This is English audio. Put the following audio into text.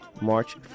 March